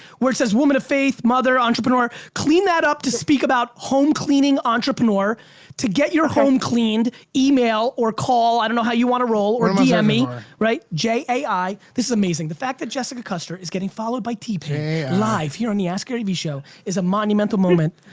where it says woman of faith, mother, entrepreneur, clean that up to speak about home cleaning entrepreneur to get your home cleaned email or call, i don't know how you want to roll or dm yeah me. j a i. this is amazing, the fact that jessica custer is getting followed by t-pain live here on the askgaryvee show is a monumental moment.